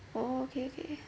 oh okay okay